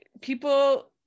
people